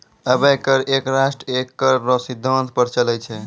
अबै कर एक राष्ट्र एक कर रो सिद्धांत पर चलै छै